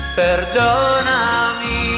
perdonami